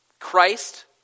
Christ